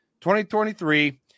2023